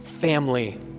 family